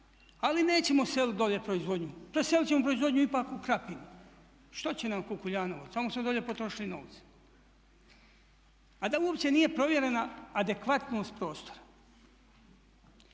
ali nećemo seliti dolje proizvodnju, preselit ćemo proizvodnju ipak u Krapinu. Što će nam Kukuljanovo? Tamo smo dolje potrošili novce, a da uopće nije provjerena adekvatnost prostora.